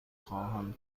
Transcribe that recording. خواهم